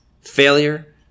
failure